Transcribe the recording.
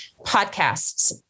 podcasts